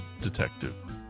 detective